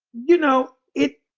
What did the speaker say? you know, it